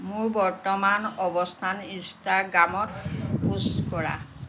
মোৰ বৰ্তমান অৱস্থান ইনষ্টাগ্ৰামত প'ষ্ট কৰা